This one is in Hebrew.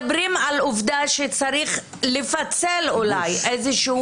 מדברים על עובדה שצריך אולי לפצל איזושהי